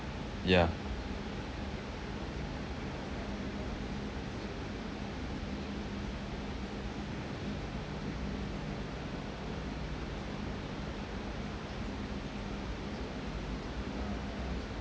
yeah